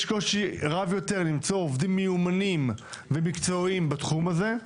יש קושי רב יותר למצוא עובדים מיומנים ומקצועיים בתחום הזה.